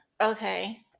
Okay